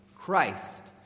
Christ